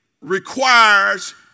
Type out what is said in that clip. requires